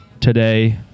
today